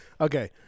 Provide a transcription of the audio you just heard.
Okay